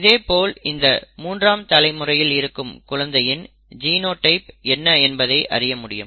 இதேபோல் இந்த மூன்றாம் தலைமுறையில் இருக்கும் குழந்தையின் ஜினோடைப் என்ன என்பதையும் அறிய முடியும்